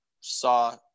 saw